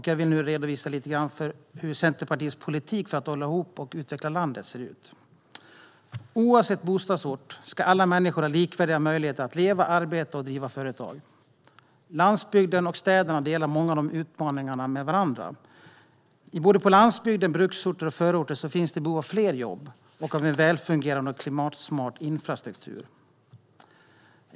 Jag ska nu lite grann redovisa hur Centerpartiets politik för att hålla ihop och utveckla landet ser ut. Oavsett bostadsort ska alla människor ha likvärdiga möjligheter att leva, arbeta och driva företag. Landsbygden och städerna delar många utmaningar med varandra. På landsbygden, i bruksorter och i förorter finns det behov av fler jobb och av en välfungerande och klimatsmart infrastruktur.